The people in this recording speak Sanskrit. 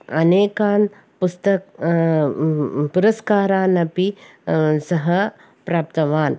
अनेकान् पुस्त पुरस्कारानपि सः प्राप्तवान्